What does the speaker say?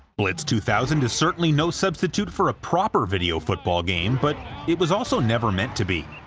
blitz two thousand is certainly no substitute for a proper video football game, but it was also never meant to be.